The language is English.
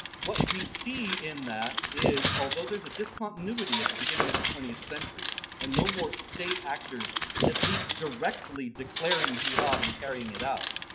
what we see in that is although there's a discontinuity at the beginning of the twentieth century and no more state actors at least directly declaring jihad and carrying it out,